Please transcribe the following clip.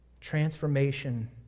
Transformation